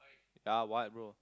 ya what bro